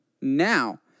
Now